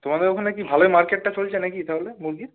তোমাদের ওখানে কি ভালোই মার্কেটটা চলছে না কি তাহলে মুরগির